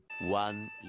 one